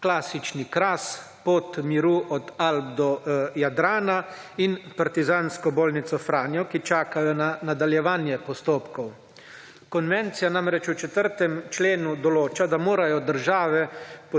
Klasični Kras, Pot miru od Alp do Jadrana in Partizansko bolnico Franjo, ki čakajo na nadaljevanje postopkov. Konvencija namreč v 4. členu določa, da morajo države